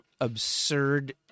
absurd